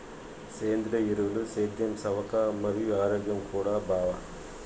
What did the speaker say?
సేంద్రియ ఎరువులు సేద్యం సవక మరియు ఆరోగ్యం కూడా బావ